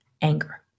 anger